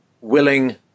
willing